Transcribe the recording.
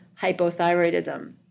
hypothyroidism